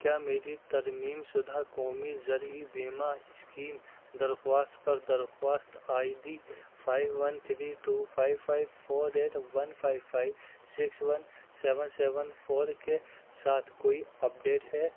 کیا میری ترمیم شدہ قومی زرعی بیم اسکیم درخواست پر درخواست I D five one three two five five four eight one five five six one seven seven four کے ساتھ کوئی اپڈیٹ ہے